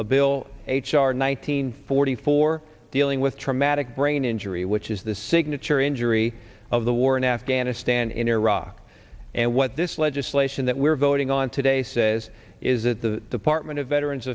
a bill h r nine hundred forty four dealing with traumatic brain injury which is the signature injury of the war in afghanistan in iraq and what this legislation that we're voting on today says is that the department of veteran